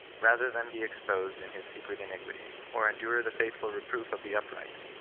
rather than be exposed in his secret iniquities, or endure the faithful reproof of the upright.